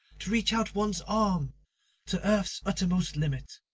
to reach out one's arm to earth's uttermost limit,